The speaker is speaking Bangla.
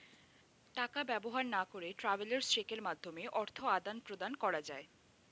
টাকা ব্যবহার না করে ট্রাভেলার্স চেকের মাধ্যমে অর্থ আদান প্রদান করা যায়